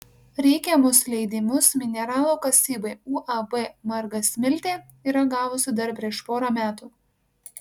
reikiamus leidimus mineralo kasybai uab margasmiltė yra gavusi dar prieš porą metų